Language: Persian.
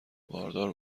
باردار